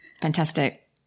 Fantastic